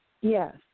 Yes